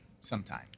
sometime